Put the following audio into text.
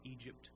Egypt